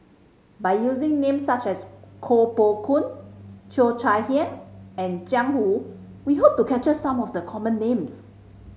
by using names such as Koh Poh Koon Cheo Chai Hiang and Jiang Hu we hope to capture some of the common names